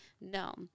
No